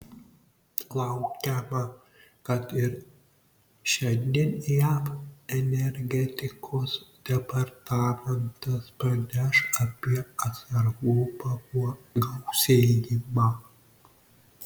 laukiama kad ir šiandien jav energetikos departamentas praneš apie atsargų pagausėjimą